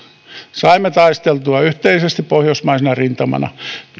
saimme taisteltua yhteisesti pohjoismaisena rintamana